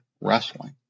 wrestling